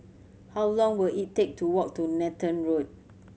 how long will it take to walk to Nathan Road